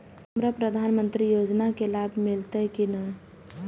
हमरा प्रधानमंत्री योजना के लाभ मिलते की ने?